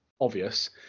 obvious